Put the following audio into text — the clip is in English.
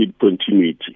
continuity